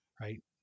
right